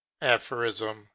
Aphorism